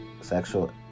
sexual